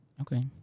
Okay